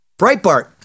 Breitbart